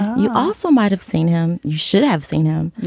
you also might have seen him. you should have seen him.